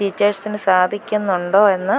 ടീച്ചേഴ്സിന് സാധിക്കുന്നുണ്ടോ എന്ന്